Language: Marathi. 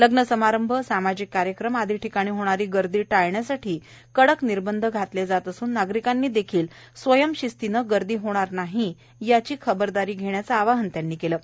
लग्न समारंभ सामाजिक कार्यक्रम आदी ठिकाणी होणारी गर्दी टाळण्यासाठी कडक निर्बंध घातले जात असून नागरिकांनी देखील स्वयंशिस्तीने गर्दी होणार नाही याची खबरदारी घ्यावी असे आवाहन आरोग्यमंत्र्यांनी केले आहे